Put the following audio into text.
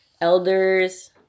elders